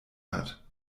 hat